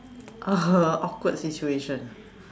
a awkward situation